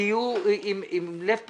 שתהיו עם לב פתוח,